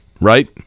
right